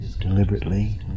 deliberately